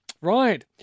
Right